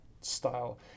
style